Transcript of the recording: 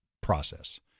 process